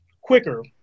quicker